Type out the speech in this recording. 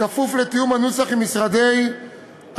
בכפוף לתיאום הנוסח עם משרדי החינוך,